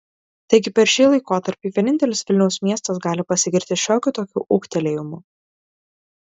taigi per šį laikotarpį vienintelis vilniaus miestas gali pasigirti šiokiu tokiu ūgtelėjimu